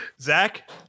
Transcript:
Zach